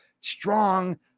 strong